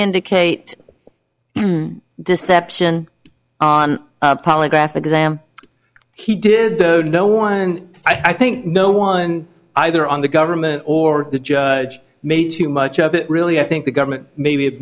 indicate deception on a polygraph exam he did though no one and i think no one either on the government or the judge made too much of it really i think the government maybe